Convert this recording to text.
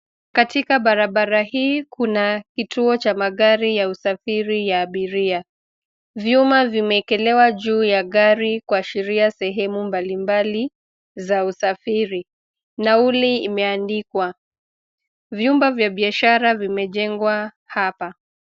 Katika barabara hii, kuna kituo cha magari ya usafiri ya abiria. Vyuma vimeekelewa juu ya gari, kuashiria sehemu mbalimbali, za usafiri. Nauli imeandikwa. Vyumba vya biashara vimejengwa hapa.